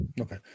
okay